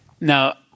Now